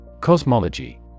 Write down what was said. Cosmology